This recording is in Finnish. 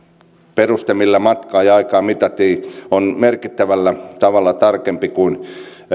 peruste millä matkaa ja aikaa mitataan on merkittävällä tavalla tarkempi kuin